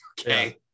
okay